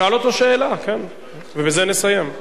שאל אותו שאלה ובזה נסיים.